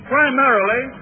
Primarily